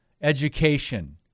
education